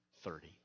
thirty